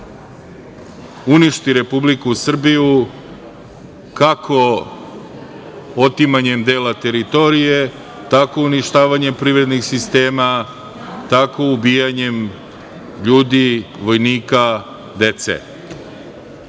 uništi Republiku Srbiju, kako otimanjem dela teritorije, uništavanjem privrednih sistema, tako ubijanjem ljudi, vojnika,